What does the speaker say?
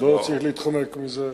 לא צריך להתחמק מזה.